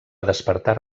despertar